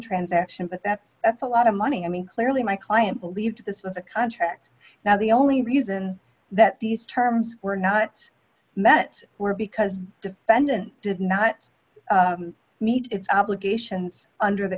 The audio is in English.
transaction but that's that's a lot of money i mean clearly my client believed this was a contract now the only reason that these terms were not met were because the defendant did not meet its obligations under the